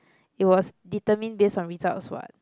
it was determined based on results what